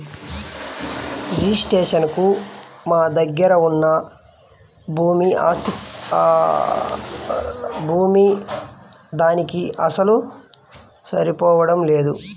registration కి మా దగ్గర ఉన్న ఆస్తి పత్రాల్లో వున్న భూమి వున్న దానికీ అసలు ఏమాత్రం సరిపోడం లేదు